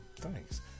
Thanks